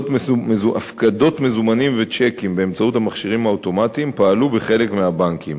הפקדות מזומנים וצ'קים באמצעות המכשירים האוטומטיים פעלו בחלק מהבנקים.